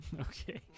Okay